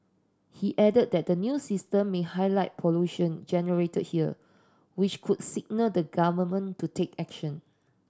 he added that the new system may highlight pollution generated here which could signal the Government to take action